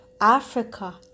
Africa